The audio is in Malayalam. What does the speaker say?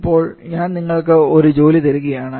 ഇപ്പോൾ ഞാൻ നിങ്ങൾക്ക് ഒരു ജോലി തരികയാണ്